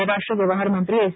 परराष्ट्र व्यवहारमंत्री एस